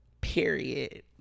Period